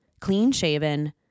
clean-shaven